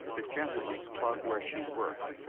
the gentlemen's club where she worked.